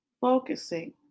focusing